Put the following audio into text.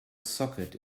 socket